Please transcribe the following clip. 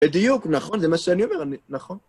בדיוק, נכון, זה מה שאני אומר, נכון.